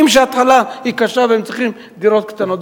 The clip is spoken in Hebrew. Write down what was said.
הם מבינים שההתחלה קשה והם צריכים דירות קטנות.